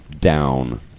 down